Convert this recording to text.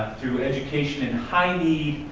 through education in high-need,